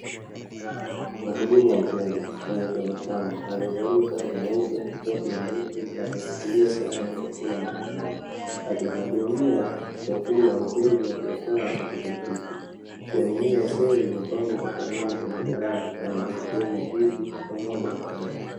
Mhudumu wa hoteli mwenye tabasamu aliyevalia shati nyeupe sketi nyeusi aliyeshikilia sahani ya chakula mkononi. Akimhudumia chakula mteja aliyekaa katika siti. Sehemu hii ya hoteli imepambwa kwa samani zenye gharama sana ikiwemo viti pamoja na meza.